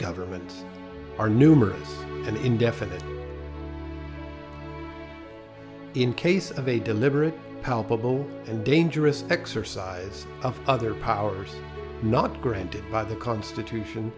government are numerous and indefinite in case of a deliberate palpable and dangerous exercise of other powers not granted by the constitution